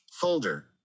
Folder